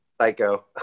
psycho